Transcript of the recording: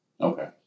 Okay